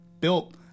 built